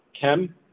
Kim